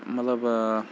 مطلب اۭں